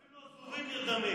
אפילו הזבובים נרדמים.